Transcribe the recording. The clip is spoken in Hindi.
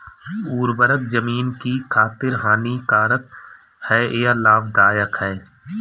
उर्वरक ज़मीन की खातिर हानिकारक है या लाभदायक है?